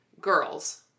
girls